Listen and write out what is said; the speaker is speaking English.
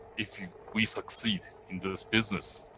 if we succeed in this business?